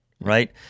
right